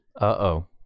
Uh-oh